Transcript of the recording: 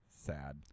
sad